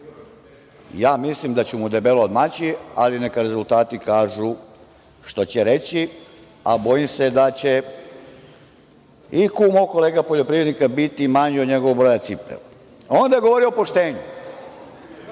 Mislim da ću mu debelo odmaći, ali neka rezultati kažu što će reći, a bojim se da će IQ mog kolege poljoprivrednika biti manji od njegovog broja cipele. Onda je govorio o poštenju.